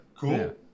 Cool